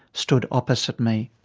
stood opposite me.